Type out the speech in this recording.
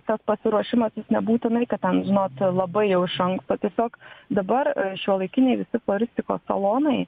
tas pasiruošimas jis nebūtinai kad ten žinot labai jau iš anksto tiesiog dabar šiuolaikiniai visi floristikos salonai